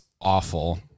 awful